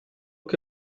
che